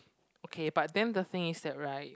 okay but then the thing is that right